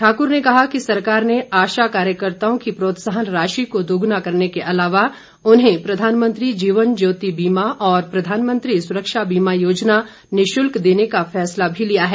ठाकुर ने कहा कि सरकार ने आशा कार्यकर्ताओं की प्रोत्साहन राशि को दोगुना करने के अलावा उन्हें प्रधानमंत्री जीवन ज्योति बीमा और प्रधानमंत्री सुरक्षा बीमा योजना निशुल्क देने का फैसला भी लिया है